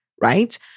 right